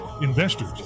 investors